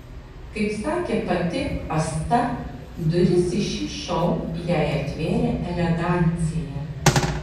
kaip sakė pati asta duris į šį šou jai atvėrė elegancija